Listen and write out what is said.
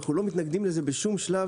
אנחנו לא מתנגדים לזה בשום שלב.